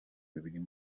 ببینین